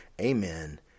Amen